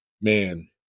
man